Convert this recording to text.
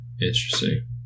Interesting